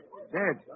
Dead